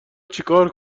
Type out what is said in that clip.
چیکار